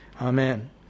Amen